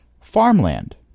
farmland